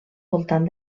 voltant